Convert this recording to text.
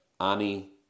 Annie